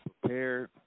prepared